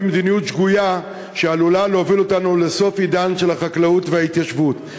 מדיניות שגויה שעלולה להוביל אותנו לסוף עידן של החקלאות וההתיישבות.